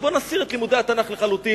אז בואו ונסיר את לימודי התנ"ך לחלוטין,